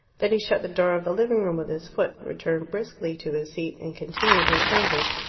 then he shut the door of the living-room with his foot, returned briskly to his seat, and continued his sentence.